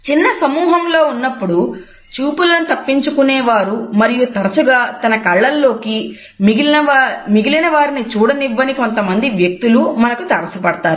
చిన్న సమూహంలో ఉన్నప్పుడు చూపులను తప్పించుకునే వారు మరియు తరచుగా తన కళ్ళలోకి మిగిలిన వారిని చూడనివ్వని కొంతమంది వ్యక్తులు మనకు తారసపడతారు